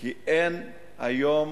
כי היום